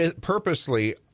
purposely